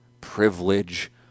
privilege